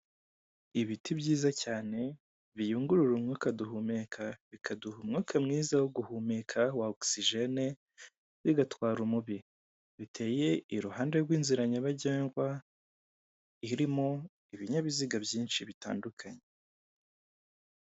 Ibiti byiza cyane biyungurura umwuka duhumeka bikaduha umwuka mwiza wo guhumeka wa ogisijene, bigatwara umubi. Biteye iruhande rw'inzira nyabagendwa, irimo ibinyabiziga byinshi bitandukanye.